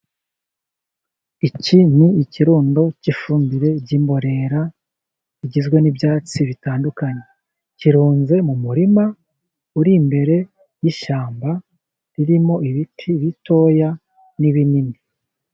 Iki ni ikirundo cy'ifumbire ry'imborera, rigizwe n'ibyatsi bitandukanye. Kirunze mu murima uri imbere y'ishyamba, ririmo ibiti bitoya n'ibinini.